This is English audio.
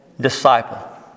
disciple